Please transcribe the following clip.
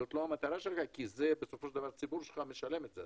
זאת לא המטרה שלך כי בסופו של דבר הציבור שלך משלם את זה,